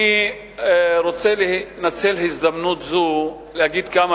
אני רוצה לנצל הזדמנות זו להגיד כמה